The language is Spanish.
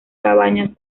cabañas